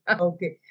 Okay